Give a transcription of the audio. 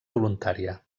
voluntària